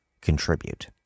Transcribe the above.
contribute